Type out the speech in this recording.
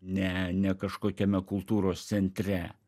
ne ne kažkokiame kultūros centre